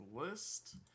list